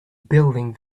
building